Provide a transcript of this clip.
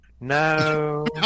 No